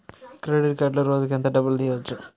Credit కార్డులో రోజుకు ఎంత డబ్బులు తీయవచ్చు?